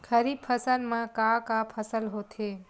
खरीफ फसल मा का का फसल होथे?